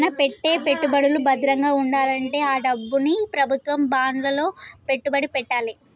మన పెట్టే పెట్టుబడులు భద్రంగా వుండాలంటే ఆ డబ్బుని ప్రభుత్వం బాండ్లలో పెట్టుబడి పెట్టాలే